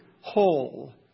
whole